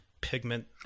pigment